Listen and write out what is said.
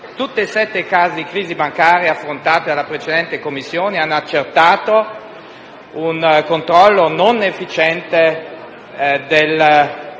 Tutti e sette i casi di crisi bancaria affrontati dalla precedente Commissione hanno accertato un controllo non efficiente degli istituti